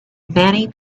many